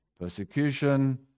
persecution